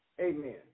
Amen